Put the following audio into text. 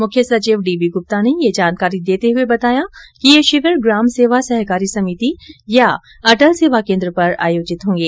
मुख्य सचिव D B Gupta ने यह जानकारी देते हुए बताया कि ये शिविर ग्राम सेवा सहकारी समिति या अटल सेवा केन्द्र पर आयोजित होंगे